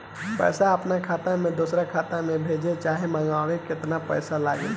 पैसा अपना खाता से दोसरा खाता मे भेजे चाहे मंगवावे में केतना पैसा लागेला?